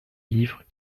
livres